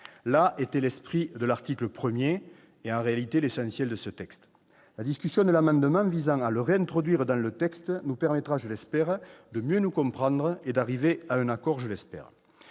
Là était l'esprit de l'article 1, c'est-à-dire, en réalité, l'essentiel de ce texte. La discussion de l'amendement visant à le réintroduire dans le texte nous permettra, je l'espère, de mieux nous comprendre et d'arriver à un accord. Le rapporteur